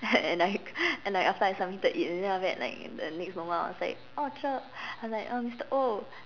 and like and like after I submitted it and then after that like the next moment I was like oh Cher like uh Mister-Oh